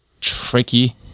tricky